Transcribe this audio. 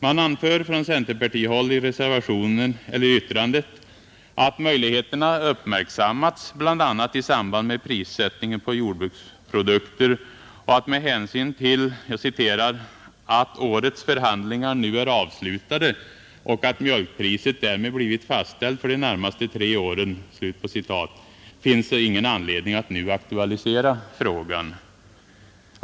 Man anför från centerpartihåll i yttrandet att möjligheterna uppmärksammats, bl.a. i samband med prissättningen på jordbruksprodukter och att det med hänsyn till ”att årets förhandlingar nu är avslutade och att mjölkpriset därmed blivit fastställt för de närmaste tre åren” inte finns någon anledning att nu aktualisera frågan.